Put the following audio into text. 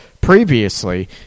previously